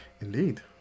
Indeed